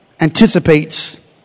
anticipates